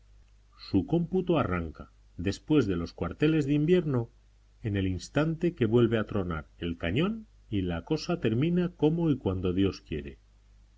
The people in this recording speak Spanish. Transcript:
su cómputo arranca después de los cuarteles de invierno en el instante que vuelve a tronar el cañón y la cosa termina como y cuando dios quiere